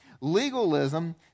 Legalism